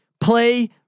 Play